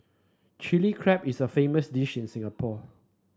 Chilli Crab is a famous dish in Singapore